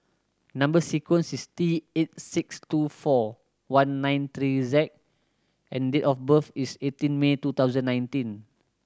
number sequence is T eight six two four one nine three Z and date of birth is eighteen May two thousand nineteen